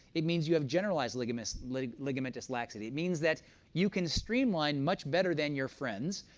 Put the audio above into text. it means you have generalized ligamentous like ligamentous laxity. it means that you can streamline much better than your friends,